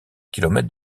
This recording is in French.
kilomètre